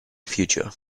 future